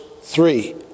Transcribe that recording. three